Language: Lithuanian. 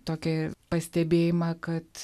tokį pastebėjimą kad